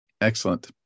Excellent